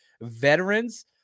veterans